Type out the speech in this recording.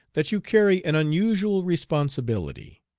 that you carry an unusual responsibility.